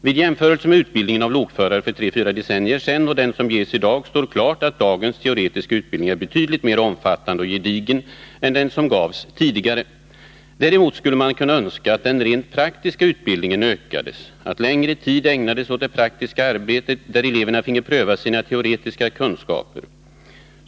Vid jämförelser mellan utbildningen av lokförare för tre fyra decennier sedan och den som ges i dag står klart att dagens teoretiska utbildning är betydligt mer omfattande och gedigen än den som gavs tidigare. Däremot skulle man önska att den rent praktiska utbildningen ökade, så att längre tid ägnades åt det praktiska arbetet, så att eleverna finge pröva sina teoretiska kunskaper.